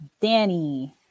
Danny